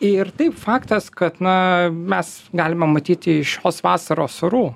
ir taip faktas kad na mes galime matyti iš šios vasaros orų